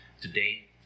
today